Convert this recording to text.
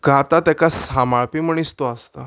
गातां तेका सांबाळपी मनीस तो आसता